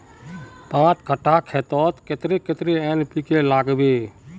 पाँच कट्ठा खेतोत कतेरी कतेरी एन.पी.के के लागबे?